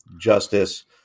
justice